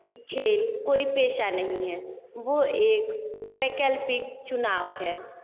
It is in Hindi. कि खेल कोई पेशा नहीं है वो एक वैकल्पिक चुनाव है